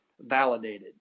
validated